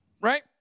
right